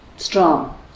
Strong